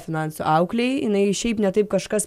finansų auklei jinai šiaip ne taip kažkas